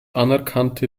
anerkannte